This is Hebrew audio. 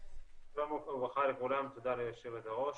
וברכה לכולם, תודה ליו"ר.